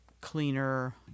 cleaner